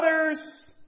others